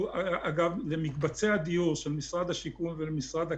כמובן בכפוף להוראות של משרד הבריאות.